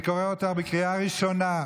אני קורא אותך קריאה ראשונה.